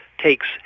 takes